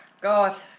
God